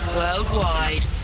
worldwide